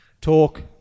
talk